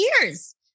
years